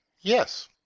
yes